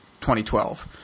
2012